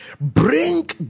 bring